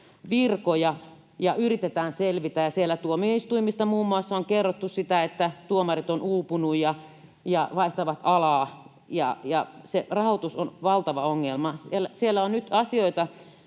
virkoja ja yritetään selvitä. Tuomioistuimista on muun muassa kerrottu sitä, että tuomarit ovat uupuneet ja vaihtavat alaa. Se rahoitus on valtava ongelma. Siellä on nyt asioita,